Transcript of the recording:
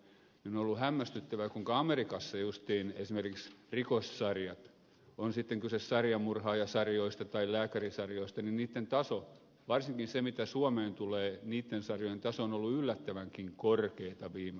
on ollut hämmästyttävää kuinka amerikassa justiin esimerkiksi rikossarjojen on sitten kyse sarjamurhaajasarjoista tai lääkärisarjoista taso varsinkin niiden mitä suomeen tulee on ollut yllättävänkin korkeata viime aikoina